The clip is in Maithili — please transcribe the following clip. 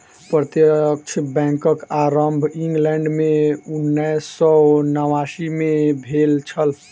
प्रत्यक्ष बैंकक आरम्भ इंग्लैंड मे उन्नैस सौ नवासी मे भेल छल